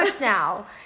now